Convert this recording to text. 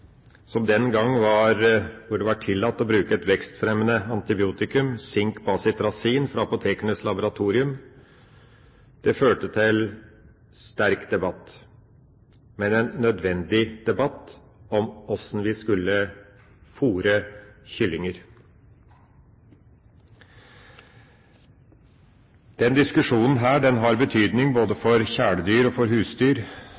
Den gang var det tillatt å bruke et vekstfremmende antibiotikum, Sink Bacitracin, fra Apothekernes Laboratorium. Det førte til sterk debatt, men en nødvendig debatt, om hvordan vi skulle fôre kyllinger. Denne diskusjonen har betydning både for kjæledyr og for husdyr. Den har betydning